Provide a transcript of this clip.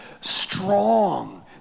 strong